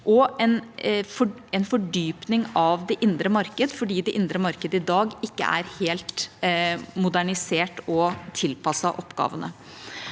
og en fordypning av det indre marked, fordi det indre marked i dag ikke er helt modernisert og tilpasset oppgavene.